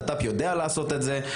הבט"פ יודע לעשות את זה,